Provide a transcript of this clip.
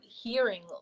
hearing